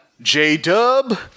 J-Dub